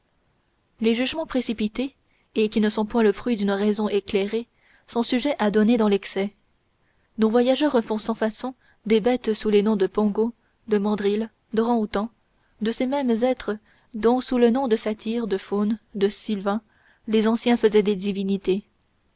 les jugements précipités et qui ne sont point le fruit d'une raison éclairée sont sujets à donner dans l'excès nos voyageurs font sans façon des bêtes sous les noms de pongos de mandrills dorang outang de ces mêmes êtres dont sous le nom de satyres de faunes de sylvains les anciens faisaient des divinités